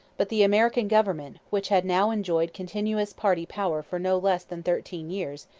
but the american government, which had now enjoyed continuous party power for no less than thirteen years,